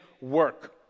work